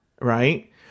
right